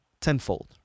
tenfold